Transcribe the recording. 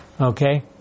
Okay